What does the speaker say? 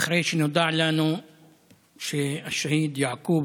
אחרי שנודע לנו שהשהיד יעקוב